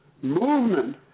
movement